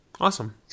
Awesome